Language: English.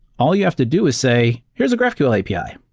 all you have to do is say, here's a graphql api.